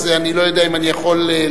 אני לא יודע אם אני יכול לאפשר,